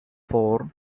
four